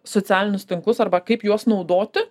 socialinius tinklus arba kaip juos naudoti